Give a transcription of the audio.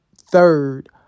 third